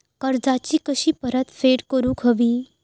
कर्जाची कशी परतफेड करूक हवी?